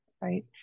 right